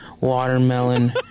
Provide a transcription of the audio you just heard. watermelon